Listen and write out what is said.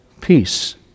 peace